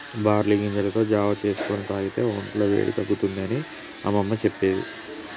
barley గింజలతో జావా చేసుకొని తాగితే వొంట్ల వేడి తగ్గుతుంది అని అమ్మమ్మ చెప్పేది